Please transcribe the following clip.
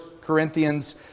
Corinthians